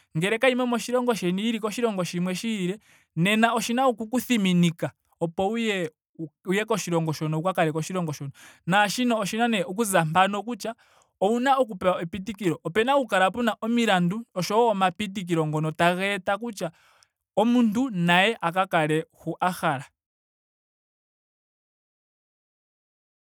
Ngele kayimo moshilongo sheni, yili koshilongo shimwe shiilile. nena oshina oku ku thiminika o po wuye koshilongo hoka wu ka kale koshilongo shoka. Naashika oshina nee okuza mpaka kutya ouna oku pewa epitikiliko. Opena oku kala pena omilandu oshowo omapitiliko ngoka tageeta kutya omuntu naye aka kale hu a hala.